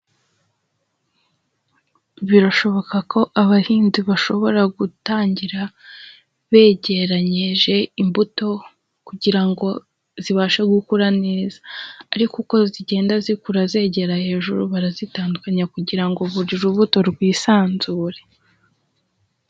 Birashoboka ko abahinzi bashobora gutangira begeranyije imbuto kugira ngo zibashe gukura neza, ariko uko zigenda zikura zegera hejuru barazitandukanya kugira ngo buri rubuto rwisanzure.